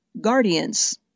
guardians